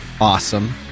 awesome